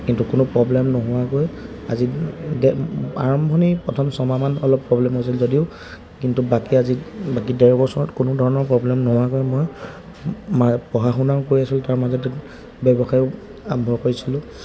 কিন্তু কোনো প্ৰব্লেম নোহোৱাকৈ আজি আৰম্ভণি প্ৰথম ছমাহমান অলপ প্ৰব্লেম হৈছিল যদিও কিন্তু বাকী আজি বাকী ডেৰ বছৰত কোনো ধৰণৰ প্ৰব্লেম নোহোৱাকৈ মই পঢ়া শুনাও কৰি আছিলোঁ তাৰ মাজতে ব্যৱসায়ো আৰম্ভ কৰিছিলোঁ